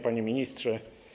Panie Ministrze!